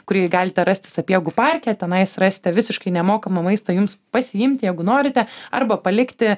kurį galite rasti sapiegų parke tenais rasite visiškai nemokamą maistą jums pasiimti jeigu norite arba palikti